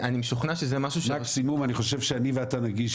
אני משוכנע שזה משהו- -- אני חושב שאני ואתה נגיש